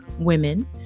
women